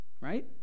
right